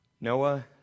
Noah